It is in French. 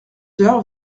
heures